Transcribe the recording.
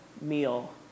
meal